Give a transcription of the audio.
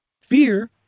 Fear